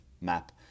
map